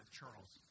Charles